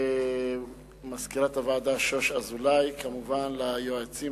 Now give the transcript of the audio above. למזכירת הוועדה שוש אזולאי, כמובן ליועצים